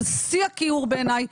זה שיא הכיעור בעיניי,